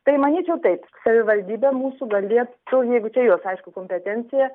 tai manyčiau taip savivaldybė mūsų galėtų jeigu čia jos aišku kompetencija